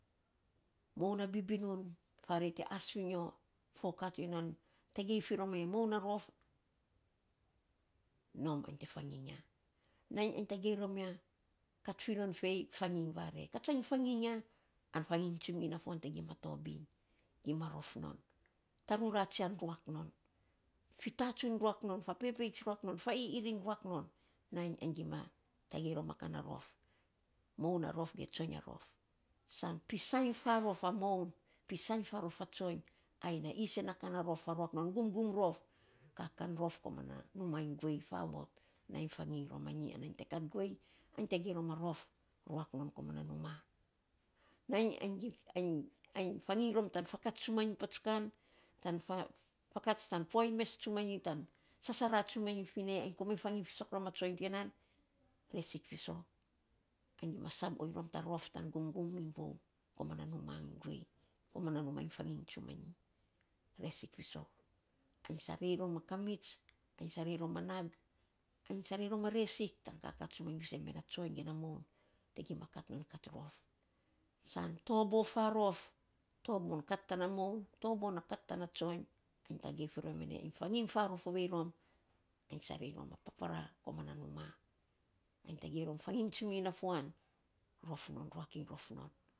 Moun na bibinun, farei te as fi nyo, fo ka to ya nan, tagei fi rom anyi ya ei, nm ainy te fanginy ya. Nainy ainy tagei rom ya kat finon fei, fanginy vare, katsa inyi, an fanginy tsumi ina fuan te bainy tabiny, gima rof non. Tarura tsian ruak non. Fitatsun ruak non. Fapepeits ruak. Fa i iring ruak non nainy ainy gima tagei rom a ka na rof. Moun na rof ge tsoiny ya rof. San pisainy farof a moun, pisainy farof a tsoiny, ai na tsen na ka na rof faruak non gumgum rof, kaka na rof komana numaa iny guei favot. Nainy fanginy rom a nyi ana nyi te kat gue, ainy te gima rof ruak nyo nyi komana numaa. Nainy ainy fanginy rom tan fakats tsumanyi patsukan tan fakats tan poainy mes tsumanyi tan sasara tsumanyi vinei, ainy komainy fanginy fiko rom a tsoiny ti ya nan, resik fisok, ainy gima sab oiny rom ta rof tan gumgum iny vou komana numa iny guei, komana na numa iny fanginy tsumanyi. Resik fisok. Ainy sarei rom a kamits, ainy sarei rom a nag, ainy sarei rom a resik tan tsumanyi faisen me na tsoiny ge na moun te gima kat non kat rof. San tobo farof, tobon kata tana moun, tobo na kat tana tsoiny, ainy tagei fi rom ya nei, komana numa. Ainy tagei fi rom fanginy tsumi ina fuan rof non. Ruak iny rof non.